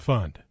Fund